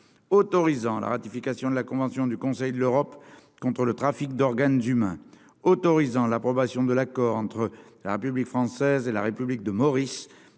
autorisant la ratification de la convention du Conseil de l'Europe contre le trafic d'organes humains, autorisant l'approbation de l'accord entre la République française et la République de Maurice